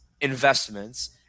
investments